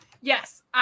Yes